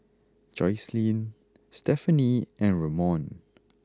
Jocelynn Stephanie and Ramon